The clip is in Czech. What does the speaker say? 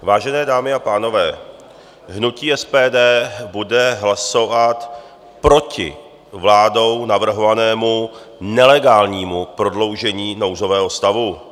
Vážené dámy a pánové, hnutí SPD bude hlasovat proti vládou navrhovanému nelegálnímu prodloužení nouzového stavu.